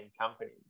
company